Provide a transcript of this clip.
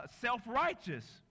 self-righteous